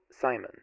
Simon